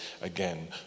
again